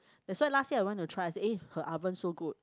that's why last year I went to try I said eh her oven so good